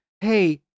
hey